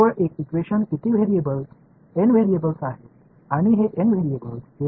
அதில் N மாறிகள் உள்ளது மற்றும் இந்த N மாறிகள் வரை அனைத்து வழிகளிலும்